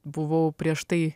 buvau prieš tai